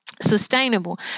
Sustainable